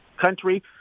country